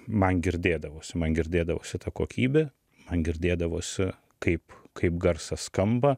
man girdėdavosi man girdėdavosi ta kokybė man girdėdavosi kaip kaip garsas skamba